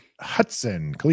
Hudson